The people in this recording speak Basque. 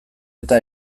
eta